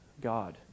God